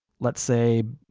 let's say,